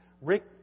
Rick